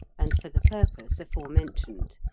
and for the purpose aforementioned.